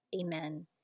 Amen